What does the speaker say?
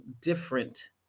different